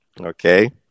Okay